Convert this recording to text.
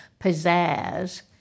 Pizzazz